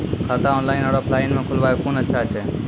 खाता ऑनलाइन और ऑफलाइन म खोलवाय कुन अच्छा छै?